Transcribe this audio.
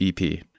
EP